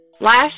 Last